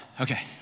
Okay